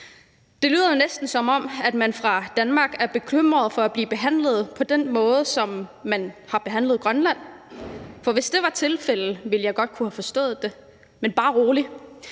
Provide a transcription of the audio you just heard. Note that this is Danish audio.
Det lyder jo næsten, som om man fra Danmarks side er bekymret for at blive behandlet på samme måde, som man har behandlet Grønland, for hvis det var tilfældet, ville jeg godt kunne have forstået det. Men bare rolig,